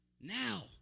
Now